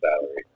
salary